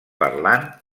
parlant